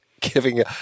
giving